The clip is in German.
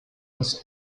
aus